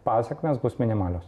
pasekmės bus minimalios